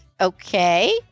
Okay